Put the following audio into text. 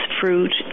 fruit